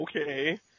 Okay